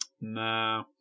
Nah